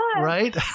Right